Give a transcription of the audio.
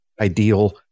ideal